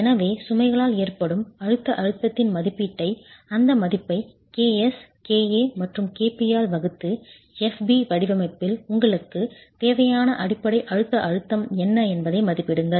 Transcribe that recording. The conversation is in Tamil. எனவே சுமைகளால் ஏற்படும் அழுத்த அழுத்தத்தின் மதிப்பீட்டை அந்த மதிப்பை ks ka மற்றும் kp ஆல் வகுத்து f b வடிவமைப்பில் உங்களுக்குத் தேவையான அடிப்படை அழுத்த அழுத்தம் என்ன என்பதை மதிப்பிடுங்கள்